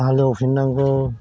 हालेव फिननांगौ